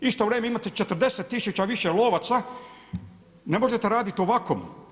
U isto vrijeme imate 40 tisuća više lovaca, ne možete raditi ovako.